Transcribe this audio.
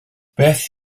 beth